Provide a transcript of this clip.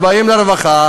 אז באים לרווחה,